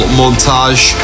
montage